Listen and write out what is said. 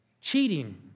cheating